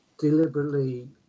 deliberately